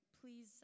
Please